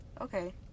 okay